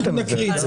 נקריא את זה.